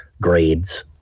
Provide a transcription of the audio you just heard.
grades